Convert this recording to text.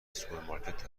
سوپرمارکت